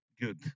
good